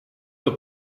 dat